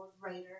writer